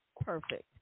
Perfect